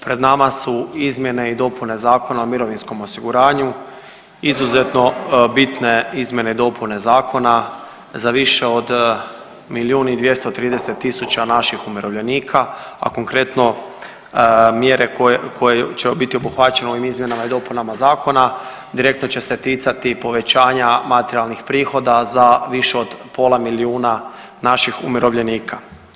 Pred nama su izmjene i dopune Zakona o mirovinskom osiguranju, izuzetno bitne izmjene i dopune zakona za više od milijun i 230 tisuća naših umirovljenika, a konkretno koje će biti obuhvaćene ovim izmjenama i dopunama zakona direktno će se ticati povećanja materijalnih prihoda za više od pola milijuna naših umirovljenika.